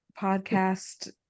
podcast